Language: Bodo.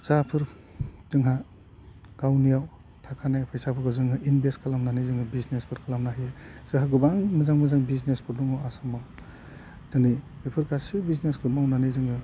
जायफोर जोंहा गावनियाव थाखानाय फैसाफोरखौ जोङो इनभेस्ट खालामनानै जोङो बिजनेसफोर खालामनो हायो जोंहा गोबां मोजां मोजां बिजनेसफोर दङ आसामाव दिनै बेफोर गासै बिजनेसखौ मावनानै जोङो